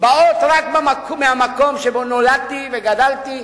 באים מהמקום שבו נולדתי וגדלתי,